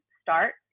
start